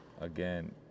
again